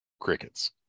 Crickets